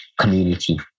community